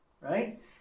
right